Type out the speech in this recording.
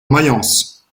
mayence